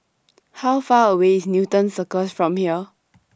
How Far away IS Newton Circus from here